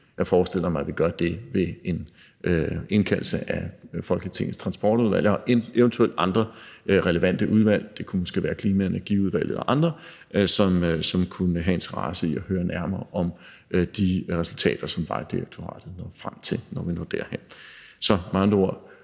Jeg forestiller mig, at vi gør det ved en indkaldelse af Folketingets Transportudvalg og eventuelt andre relevante udvalg. Det kunne måske være Klima- og Energiudvalget og andre, som kunne have en interesse i at høre nærmere om de resultater, som Vejdirektoratet når frem til, når vi når derhen. Så med andre ord: